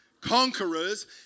conquerors